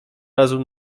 razu